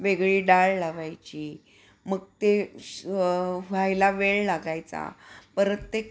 वेगळी डाळ लावायची मग ते स व्हायला वेळ लागायचा परत ते